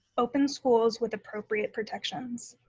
open schools with appropriate protections.